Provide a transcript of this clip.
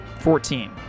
Fourteen